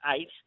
eight